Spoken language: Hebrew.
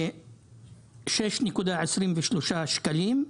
6.23 שקלים,